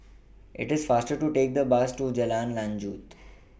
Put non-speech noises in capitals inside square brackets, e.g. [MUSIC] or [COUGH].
IT IS faster to Take The Bus to Jalan Lanjut [NOISE]